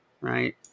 right